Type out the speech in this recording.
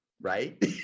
right